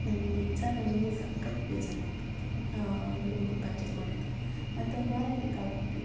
ನಂಗೆ ನಿಜ ನನಗೆ ಸಖತ್ತು ಬೇಜಾರು ಆಯಿತು ಅಲ್ಲಿ ಹೋಗಿ ಪರ್ಚೆಸ್ ಮಾಡಿದ್ದು ಮತ್ತೆ ಅವ್ರು ವಾರಂಟಿ ಕಾರ್ಡ್ ಕೊಟ್ಟಿದ್ದರಲ್ಲ